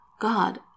God